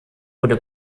wurde